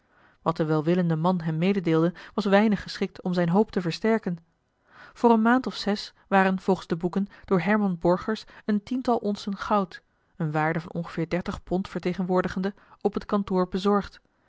wat de welwillende man hem mededeelde was weinig geschikt om zijne hoop te versterken voor een maand of zes waren volgens de boeken door herman borgers een tiental oncen goud eene waarde van ongeveer dertig pond vertegenwoordigende op het kantoor bezorgd